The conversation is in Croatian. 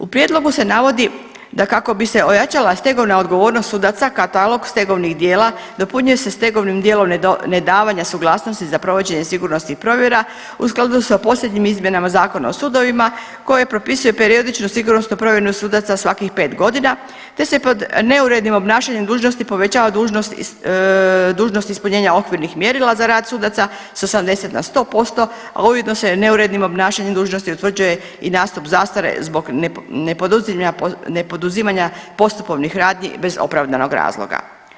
U prijedlogu se navodi da kako bi se ojačala stegovna odgovornost sudaca katalog stegovnih dijela dopunjuje se stegovnim dijelom nedavanja suglasnosti za provođenje sigurnosnih provjera u skladu s posljednjim izmjenama Zakona o sudovima koje propisuje periodičnu sigurnosnu provjeru sudaca svakih 5 godina te se pod neurednim obnašanjem dužnosti povećava dužnost, dužnost ispunjenja okvirnih mjerila za rad sudaca sa 70 na 100%, a ujedno se neurednim obnašanjem dužnosti utvrđuje i nastup zastare zbog nepoduzimanja postupovnih radnji bez opravdanog razloga.